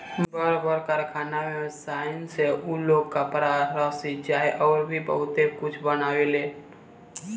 बड़ बड़ कारखाना में सनइ से उ लोग कपड़ा, रसरी चाहे अउर भी बहुते कुछ बनावेलन